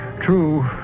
True